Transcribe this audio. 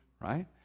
right